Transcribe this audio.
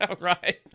right